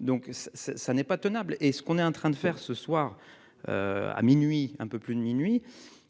Donc ça, ça n'est pas tenable est ce qu'on est en train de faire ce soir. À minuit, un peu plus de minuit,